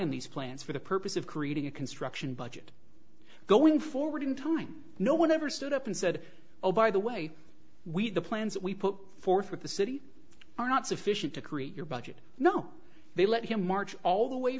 on these plans for the purpose of creating a construction budget going forward in time no one ever stood up and said oh by the way we the plans we put forth with the city are not sufficient to create your budget now they let him march all the way